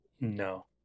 No